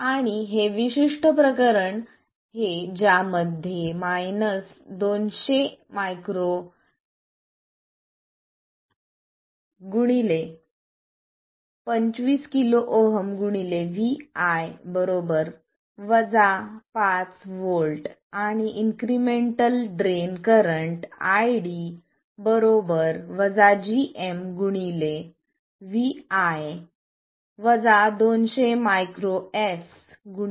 आणि हे विशिष्ट प्रकरण हे ज्यामध्ये 200µS 25kΩ vi 5v आणि incremental drain current iD gm vi 200µS vi